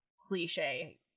cliche